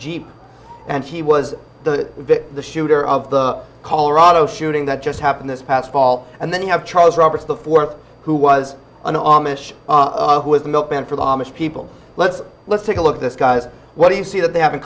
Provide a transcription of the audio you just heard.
jeep and he was the the shooter of the colorado shooting that just happened this past fall and then you have charles roberts the fourth who was an amish who was a milkman for the amish people let's let's take a look at this guys what do you see that they have in